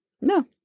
No